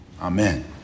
Amen